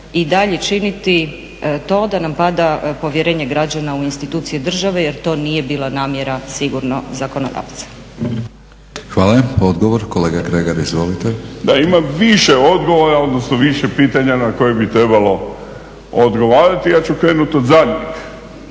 i dalje činiti to da nam pada povjerenje građana u institucije države jer to nije bila namjera sigurno zakonodavca. **Batinić, Milorad (HNS)** Hvala. Odgovor, kolega Kregar, izvolite. **Kregar, Josip (Nezavisni)** Da ima više odgovora, odnosno više pitanja na koje bi trebalo odgovarati. Ja ću krenuti od zadnjeg,